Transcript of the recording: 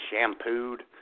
shampooed